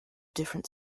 different